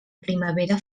primavera